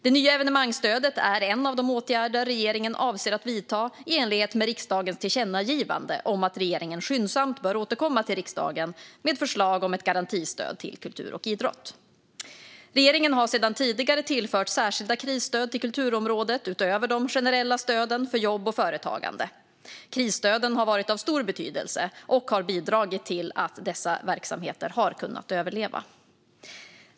Det nya evenemangsstödet är en av de åtgärder regeringen avser att vidta i enlighet med riksdagens tillkännagivande om att regeringen skyndsamt bör återkomma till riksdagen med förslag om ett garantistöd till kultur och idrott. Regeringen har sedan tidigare tillfört särskilda krisstöd till kulturområdet utöver de generella stöden för jobb och företagande. Krisstöden har varit av stor betydelse och har bidragit till att dessa verksamheter har kunnat överleva.